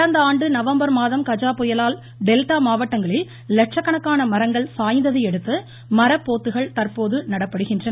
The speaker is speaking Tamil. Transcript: கடந்த ஆண்டு நவம்பர் மாதம் கஜா புயலால் டெல்டா மாவட்டங்களில் லட்சக்கணக்கான மரங்கள் சாய்ந்ததையடுத்து மரப்போத்துகள் நடப்படுகின்றன